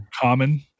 common